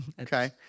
Okay